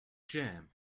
jam